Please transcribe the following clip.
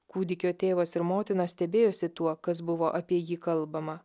kūdikio tėvas ir motina stebėjosi tuo kas buvo apie jį kalbama